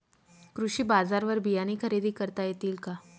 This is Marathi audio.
कृषी बाजारवर बियाणे खरेदी करता येतील का?